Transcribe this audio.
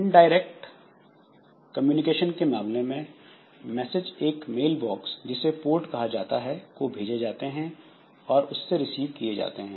indirect communication के मामले में मैसेज एक मेल बॉक्स जिसे पोर्ट कहा जाता है को भेजे जाते हैं और उससे रिसीव किये जाते हैं